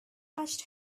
thatched